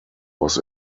was